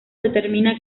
determina